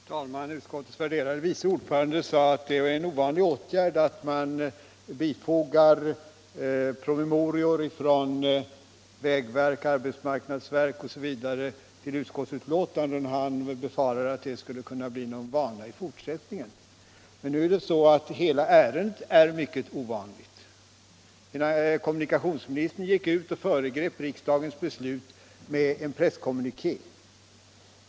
Herr talman! Utskottets värderade vice ordförande sade att det var en ovanlig åtgärd att man bifogar promemorior från vägverk, arbetsmarknadsverk osv. till utskottsbetänkanden. Han befarade att det skulle kunna bli en vana i fortsättningen. Nu är det så att hela detta ärende är mycket ovanligt. Kommunikationsministern gick ut och föregrep riksdagens beslut med en presskommuniké.